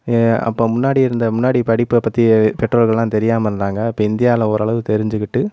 எ அப்போ முன்னாடி இருந்த முன்னாடி படிப்பை பற்றி பெற்றோர்கள்லாம் தெரியாமல் இருந்தாங்கள் இப்போ இந்தியாவில ஓரளவு தெரிஞ்சிக்கிட்டு